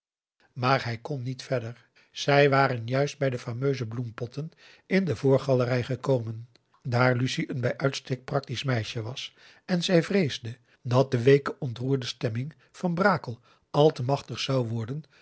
maar hij kon niet verder zij waren juist bij de fameuze bloempotten in de voorgalerij gekomen daar lucie een bij uitstek practisch meisje was en zij vreesde dat de weeke ontroerde stemming van brakel al te machtig zou worden